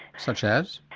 such as?